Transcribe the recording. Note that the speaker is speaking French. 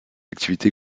activité